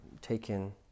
taken